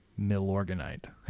Milorganite